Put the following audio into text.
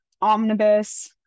omnibus